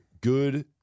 Good